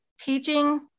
teaching